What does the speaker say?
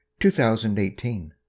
2018